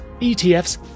ETFs